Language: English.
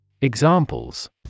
Examples